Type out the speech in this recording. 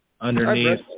underneath